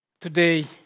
today